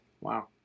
Wow